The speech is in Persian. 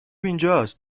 اینجاست